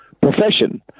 profession